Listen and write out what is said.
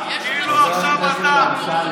חוק הקורונה של הממשלה שלך,